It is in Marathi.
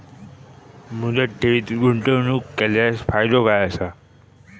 मुदत ठेवीत गुंतवणूक केल्यास फायदो काय आसा?